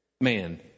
man